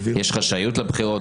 יש חשאיות לבחירות,